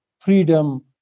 freedom